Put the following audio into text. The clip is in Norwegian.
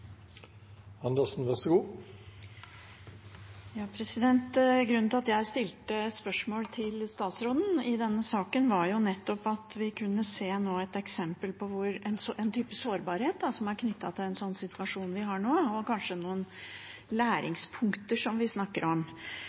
Grunnen til at jeg stilte spørsmål til statsråden i denne saken, var nettopp at vi nå kunne se et eksempel på en type sårbarhet som er knyttet til en situasjon som den vi har nå, og kanskje noen læringspunkter som vi snakker om.